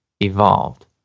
evolved